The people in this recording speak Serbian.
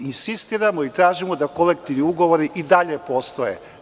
Mi insistiramo i tražimo da kolektivni ugovori i dalje postoje.